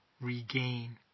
regain